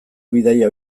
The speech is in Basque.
bidaia